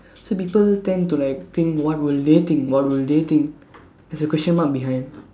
so people tend to like think what will they think what will they think there is a question mark behind